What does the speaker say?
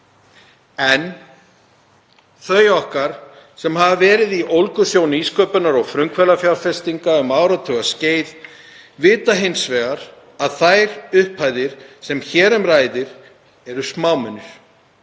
en þau okkar sem hafa verið í ólgusjó nýsköpunar og frumkvöðlafjárfestinga um áratugaskeið vita hins vegar að þær upphæðir sem hér um ræðir eru smámunir